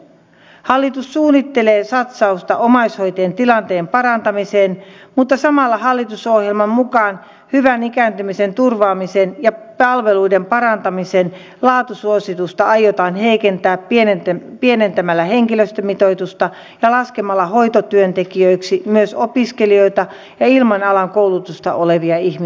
hallitus suunnittelee satsausta omaishoitajien tilanteen parantamiseen mutta samalla hallitusohjelman mukaan hyvän ikääntymisen turvaamisen ja palveluiden parantamisen laatusuositusta aiotaan heikentää pienentämällä henkilöstömitoitusta ja laskemalla hoitotyöntekijöiksi myös opiskelijoita ja ilman alan koulutusta olevia ihmisiä